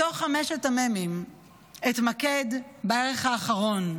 מתוך חמשת המ"מים אתמקד בערך האחרון,